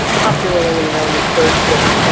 popularly known as bird flu.